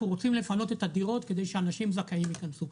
רוצים לפנות את הדירות כדי שאנשים זכאים יכנסו,